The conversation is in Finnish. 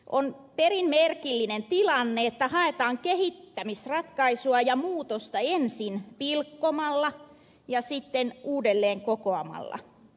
on perin merkillinen tilanne että haetaan kehittämisratkaisua ja muutosta ensin pilkkomalla ja sitten uudelleen kokoamalla